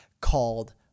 called